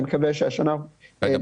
אני מקווה שהשנה נוכל לעשות זאת.